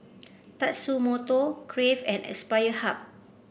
Tatsumoto Crave and Aspire Hub